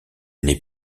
n’ai